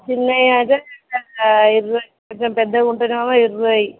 చిన్నవి అయితే ఇరవై ఐదు కొంచెం పెద్దగా ఉంటెనెమో ఇరవై